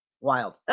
wild